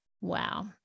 Wow